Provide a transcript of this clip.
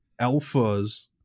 alphas